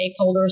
stakeholders